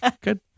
Good